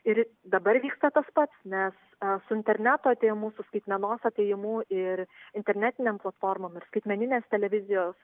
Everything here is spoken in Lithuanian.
ir dabar vyksta tas pats nes su interneto atėjimu su skaitmenos atėjimu ir internetinėm platformom ir skaitmeninės televizijos